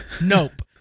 Nope